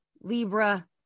Libra